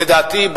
לדעתי,